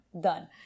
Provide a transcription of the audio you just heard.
done